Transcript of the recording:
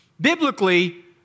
Biblically